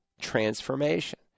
transformation